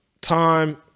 time